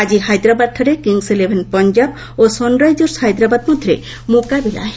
ଆଜି ହାଇଦ୍ରାବାଦଠାରେ Kings Eleven Punjab ଓ ସନ୍ରାଇଜର୍ସ ହାଇଦ୍ରାବାଦ ମଧ୍ୟରେ ମୁକାବିଲା ହେବ